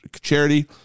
charity